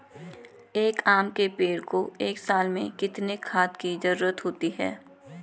एक आम के पेड़ को एक साल में कितने खाद की जरूरत होती है?